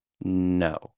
No